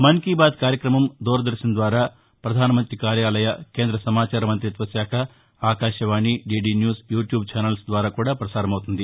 మన్ కీ బాత్ కార్యక్రమం దూరదర్భన్ ద్వారా ప్రధాన మంత్రి కార్యాలయ కేంద్ర సమాచార మంతిత్వ శాఖ Akashvani DD news YouTube channels ద్వారా కూడా ప్రసారం అవుతుంది